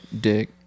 Dick